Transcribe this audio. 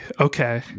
okay